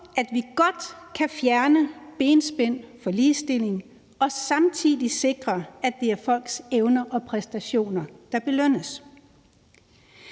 at vi godt kan fjerne benspænd for ligestilling og samtidig sikre, at det er folks evner og præstationer, der belønnes.